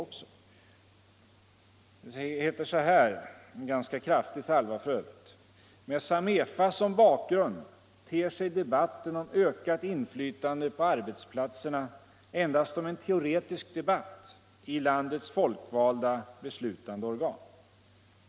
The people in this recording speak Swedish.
Det heter så här — en ganska kraftig salva f. ö.: ”Med SAMEFA som bakgrund ter sig debatten om ökat inflytande på arbetsplatserna endast som en teoretisk debatt i landets folkvalda beslutande organ.